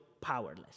powerless